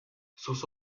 sus